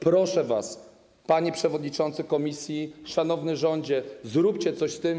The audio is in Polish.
Proszę was, panie przewodniczący komisji, szanowny rządzie, zróbcie coś z tym.